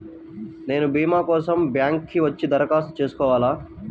నేను భీమా కోసం బ్యాంక్కి వచ్చి దరఖాస్తు చేసుకోవాలా?